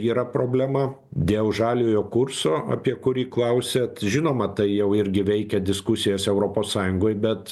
yra problema dėl žaliojo kurso apie kurį klausiat žinoma tai jau irgi veikia diskusijose europos sąjungoj bet